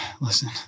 Listen